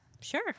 sure